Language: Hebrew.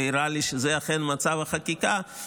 והראתה לי שזה אכן מצב החקיקה,